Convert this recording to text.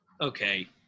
Okay